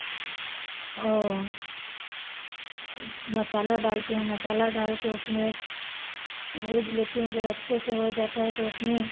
मसाला डालती हूँ मसाला डाल कर उसमें भूज लेती हूँ जब अच्छे से हो जाता है तो उसमें